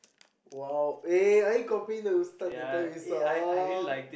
!wow! eh are you copying the Ustad that time we saw